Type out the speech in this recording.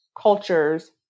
cultures